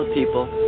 People